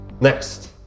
Next